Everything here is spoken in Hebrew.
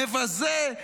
מבזה,